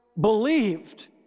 believed